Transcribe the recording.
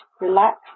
relax